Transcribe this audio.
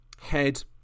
head